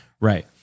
right